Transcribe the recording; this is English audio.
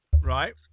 Right